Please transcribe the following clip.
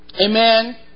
Amen